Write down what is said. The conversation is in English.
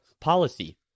policy